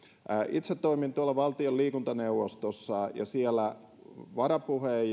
itse toimin tuolla valtion liikuntaneuvostossa varapuheenjohtajana ja